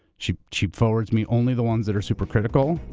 she she forwards me only the ones that are super critical.